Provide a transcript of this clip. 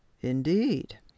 Indeed